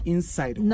Inside